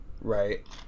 Right